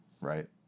right